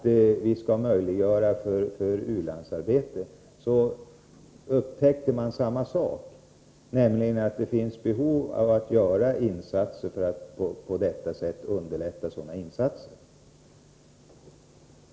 Och när vi skulle se på reglerna för ulandsarbete, upptäckte vi samma sak, nämligen att det finns behov av att göra insatser för att underlätta u-landsarbete.